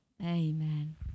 Amen